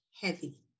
heavy